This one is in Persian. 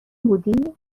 بودی